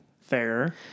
Fair